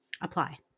apply